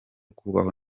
kubaho